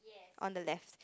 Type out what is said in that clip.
on the left